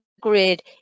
grid